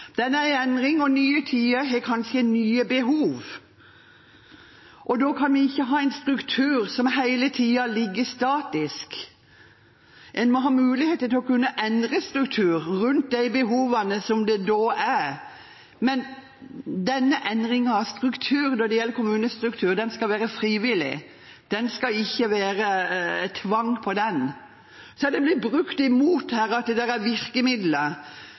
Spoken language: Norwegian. den er i endring, og nye tider har kanskje nye behov. Da kan vi ikke ha en struktur som hele tiden er statisk. En må ha muligheter til å kunne endre strukturen rundt de behovene som er. Men denne endringen av kommunestrukturen skal være frivillig. Det skal ikke være tvang. Det blir brukt imot endringene at regjeringen har virkemidler for kommuner som vil slå seg sammen. Jeg synes det er helt topp at det foreligger gode virkemidler